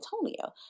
Antonio